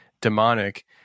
demonic